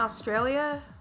Australia